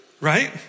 Right